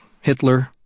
Hitler